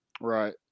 Right